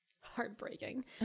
heartbreaking